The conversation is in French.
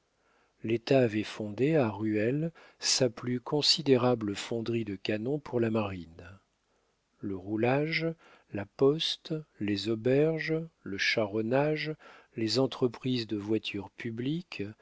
l'état avait fondé à ruelle sa plus considérable fonderie de canons pour la marine le roulage la poste les auberges le charronnage les entreprises de voitures publiques